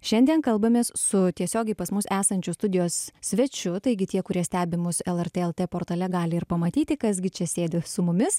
šiandien kalbamės su tiesiogiai pas mus esančiu studijos svečiu taigi tie kurie stebi mus lrt lt portale gali ir pamatyti kas gi čia sėdi su mumis